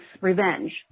revenge